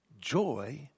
joy